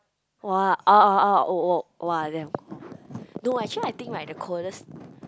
!wah! oh oh oh oh oh !wah! damn cold no actually like I think the coldest